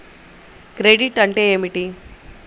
Credit అంటే ఏమిటి?